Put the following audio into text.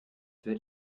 wird